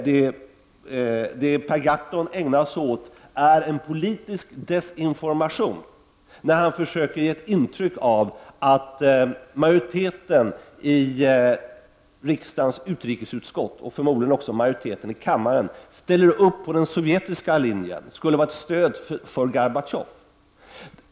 Det Per Gahrton ägnar sig åt är en politisk desinformation, där han försöker ge intryck av att majoriteten i riksdagens utrikesutskott, och förmodli gen också majoriteten i kammaren, ställer upp på den sovjetiska linjen och skulle vara ett stöd för Gorbatjov.